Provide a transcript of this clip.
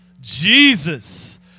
Jesus